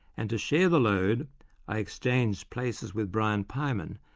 and to share the load i exchanged places with brian pyman,